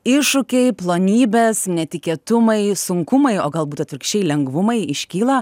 iššūkiai plonybes netikėtumai sunkumai o galbūt atvirkščiai lengvumai iškyla